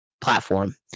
platform